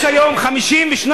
יש היום 52%,